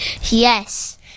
Yes